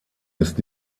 ist